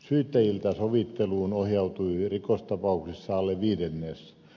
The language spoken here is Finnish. syyttäjiltä sovitteluun ohjautui rikostapauksissa alle viidennes